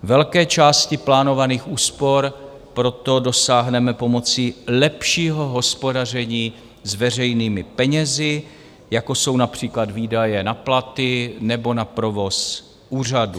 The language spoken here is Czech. Velké části plánovaných úspor proto dosáhneme pomocí lepšího hospodaření s veřejnými penězi, jako jsou například výdaje na platy nebo na provoz úřadu.